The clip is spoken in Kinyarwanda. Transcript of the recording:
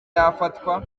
yafatwa